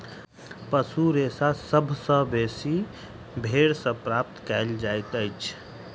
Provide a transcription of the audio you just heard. पशु रेशा सभ सॅ बेसी भेंड़ सॅ प्राप्त कयल जाइतअछि